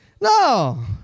No